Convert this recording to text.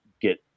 get